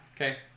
Okay